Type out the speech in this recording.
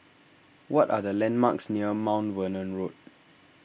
what are the landmarks near Mount Vernon Road